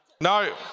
No